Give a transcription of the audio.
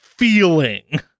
Feeling